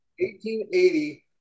1880